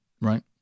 Right